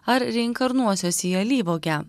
ar reinkarnuosiuos į alyvuogę